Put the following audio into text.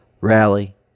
Rally